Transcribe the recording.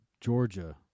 Georgia